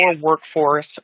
workforce